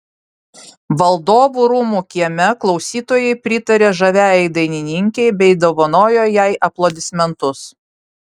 valdovų rūmų kieme klausytojai pritarė žaviajai dainininkei bei dovanojo jai aplodismentus